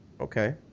Okay